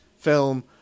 film